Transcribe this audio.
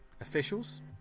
officials